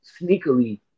sneakily